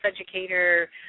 educator